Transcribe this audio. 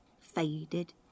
faded